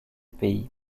pays